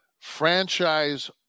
franchise